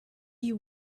you